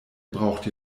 braucht